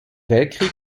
weltkrieg